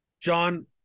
John